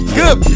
good